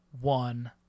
one